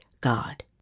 God